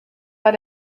war